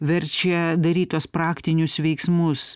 verčia daryt tuos praktinius veiksmus